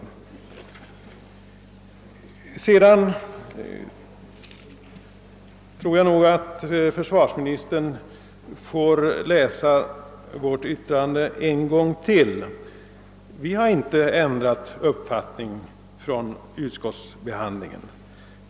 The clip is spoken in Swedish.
Försvarsministern får nog lov att läsa det särskilda yttrandet på nytt. Vi har inte ändrat uppfattning efter utskottsbehandlingen.